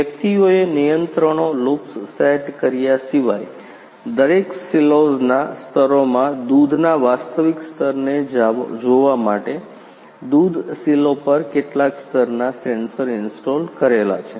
વ્યક્તિઓએ નિયંત્રણો loops set કર્યા સિવાય દરેક સિલોઝના સ્તરોમાં દૂધના વાસ્તવિક સ્તરને જોવા માટે દૂધ સિલો પર કેટલાક સ્તરના સેન્સર ઇન્સ્ટોલ કરેલા છે